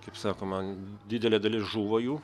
kaip sakoma didelė dalis žuvo jų